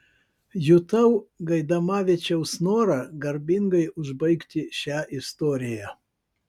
jutau gaidamavičiaus norą garbingai užbaigti šią istoriją